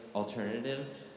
alternatives